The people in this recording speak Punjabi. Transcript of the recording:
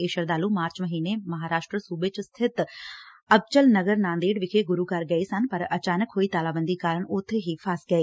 ਇਹ ਸ਼ਰਧਾਲੂ ਮਾਰਚ ਮਹੀਨੇ ਮਹਾਰਾਸ਼ਟਰ ਸੁਬੇ ਵਿਚ ਸਖਿਤ ਅਬਚਲ ਨਗਰ ਨਾਂਦੇੜ ਵਿਖੇ ਗੁਰੁ ਘਰ ਗਏ ਸਨ ਪਰ ਅਚਾਨਕ ਹੋਏ ਤਾਲਾਬੰਦੀ ਕਾਰਨ ਉਬੇ ਹੀ ਫਸ ਗਏ